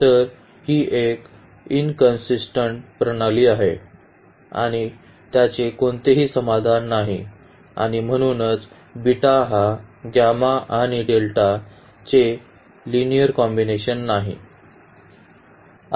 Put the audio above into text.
तर ही एक इंकाँसिस्टन्ट प्रणाली आहे आणि त्याचे कोणतेही समाधान नाही आणि म्हणूनच बीटा हा चे लिनिअर कॉम्बिनेशन नाही